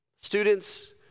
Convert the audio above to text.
Students